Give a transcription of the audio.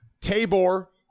Tabor